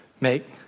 make